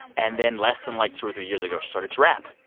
and then, less than like two or three years ago, she started to rap.